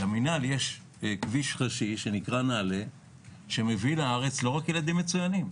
למנהל יש כביש ראשי שנקרא נעלה שמביא לארץ לא רק ילדים מצטיינים.